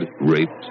raped